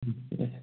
ঠিক আছে